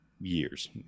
years